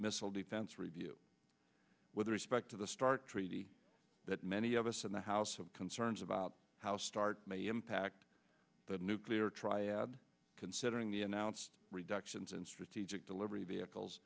missile defense review with respect to the start treaty that many of us in the house have concerns about how start may impact the nuclear triad considering the announced reductions in strategic delivery vehicles